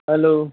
hello